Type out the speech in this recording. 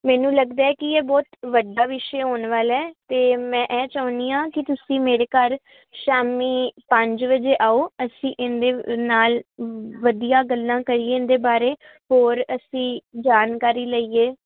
ਮੈਨੂੰ ਲੱਗਦਾ ਕਿ ਇਹ ਬਹੁਤ ਵੱਡਾ ਵਿਸ਼ੇ ਹੋਣ ਵਾਲਾ ਅਤੇ ਮੈਂ ਇਹ ਚਾਹੁੰਦੀ ਆ ਕਿ ਤੁਸੀਂ ਮੇਰੇ ਘਰ ਸ਼ਾਮੀ ਪੰਜ ਵਜੇ ਆਓ ਅਸੀਂ ਇਹਦੇ ਨਾਲ ਵਧੀਆ ਗੱਲਾਂ ਕਰੀਏ ਇਹਦੇ ਬਾਰੇ ਹੋਰ ਅਸੀਂ ਜਾਣਕਾਰੀ ਲਈ